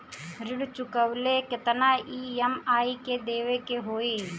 ऋण चुकावेला केतना ई.एम.आई देवेके होई?